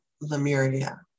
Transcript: Lemuria